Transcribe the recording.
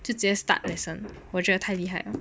就直接 start lesson 我觉得太厉害了